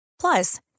Plus